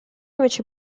invece